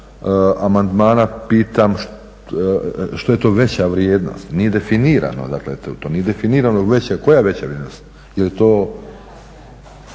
amandmana pitam što je to veća vrijednost? Nije definirano, dakle to nije definirano koja veća vrijednost. Je li to